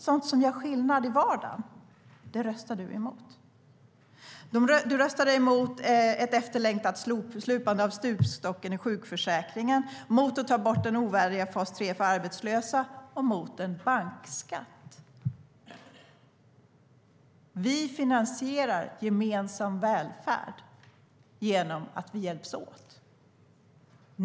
Sådant som gör skillnad i vardagen röstade du mot. Vi finansierar gemensam välfärd genom att vi hjälps åt.